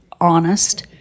honest